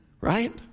Right